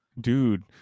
Dude